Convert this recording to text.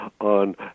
on